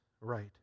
right